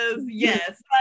yes